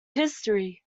history